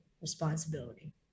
responsibility